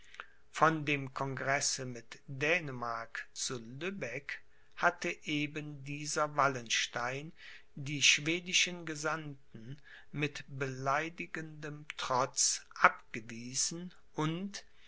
von dem congresse mit dänemark zu lübeck hatte eben dieser wallenstein die schwedischen gesandten mit beleidigendem trotz abgewiesen und